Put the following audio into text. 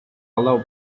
allow